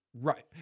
Right